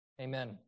Amen